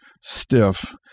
stiff